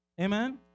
amen